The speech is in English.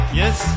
yes